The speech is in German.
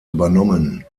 übernommen